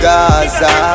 Gaza